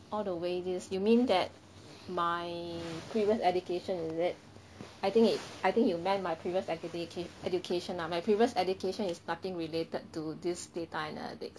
all the way this you mean that my previous education is it I think it I think you meant my previous educative education ah my previous education is nothing related to this data analytics